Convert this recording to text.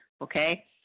okay